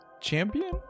champion